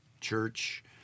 church